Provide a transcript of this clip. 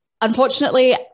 Unfortunately